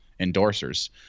endorsers